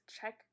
check